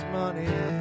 money